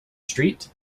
street